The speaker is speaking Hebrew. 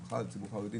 במיוחד הציבור החרדי,